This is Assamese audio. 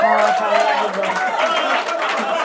অ ভাল লাগিব